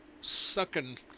Sucking